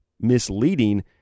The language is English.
misleading